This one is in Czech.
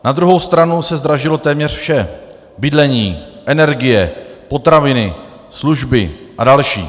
Na druhou stranu se zdražilo téměř vše bydlení, energie, potraviny, služby a další.